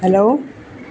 hello